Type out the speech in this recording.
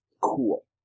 cool